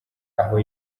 aho